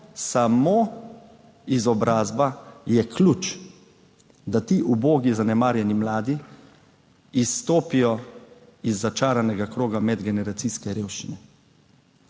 samo izobrazba je ključ, da ti ubogi zanemarjeni mladi izstopijo iz začaranega kroga medgeneracijske revščine.